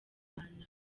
imana